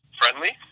friendly